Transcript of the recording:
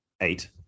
eight